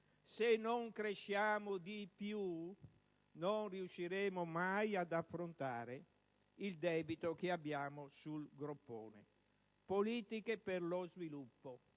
Se non cresceremo di più non riusciremo mai ad affrontare il debito che abbiamo sul groppone. Politiche per lo sviluppo.